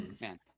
Man